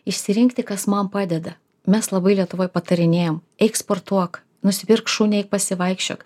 išsirinkti kas man padeda mes labai lietuvoj patarinėjam eik sportuok nusipirk šunį eik pasivaikščiok